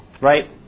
right